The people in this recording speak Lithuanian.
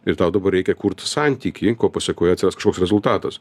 ir tau dabar reikia kurt santykį pasekoje atsiras kažkoks rezultatas